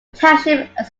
township